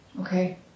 Okay